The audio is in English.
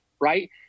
right